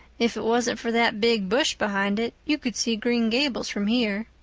if it wasn't for that big bush behind it you could see green gables from here.